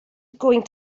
going